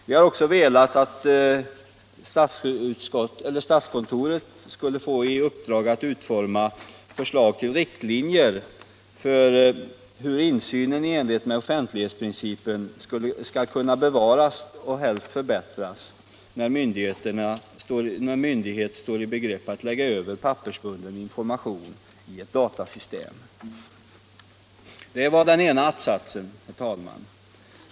Vi har också velat att statskontoret skulle få i uppdrag att utforma förslag till riktlinjer för hur insyn i enlighet med offentlighetsprincipen skall kunna bevaras och helst förbättras, när myndighet står i begrepp att lägga över pappersbunden information i ett datasystem. Detta var, herr talman, den ena att-satsen.